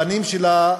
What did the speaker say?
הבנים שלה,